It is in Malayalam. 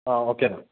ആ ഓക്കെയെന്നാല്